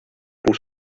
pour